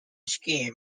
scheme